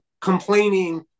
complaining